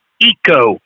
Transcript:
Eco